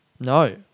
No